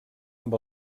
amb